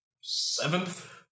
Seventh